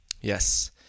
yes